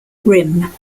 rim